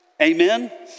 Amen